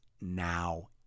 now